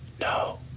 No